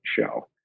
show